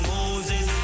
Moses